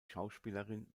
schauspielerin